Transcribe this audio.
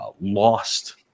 lost